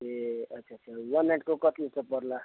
ए अच्छा अच्छा वान नाइटको कति जस्तो पर्ला